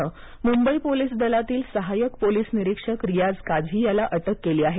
नं मुंबई पोलीस दलातील सहायक पोलीस निरीक्षक रियाज काझी याला अटक केली आहे